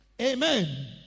Amen